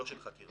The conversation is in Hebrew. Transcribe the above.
לא של חקירה.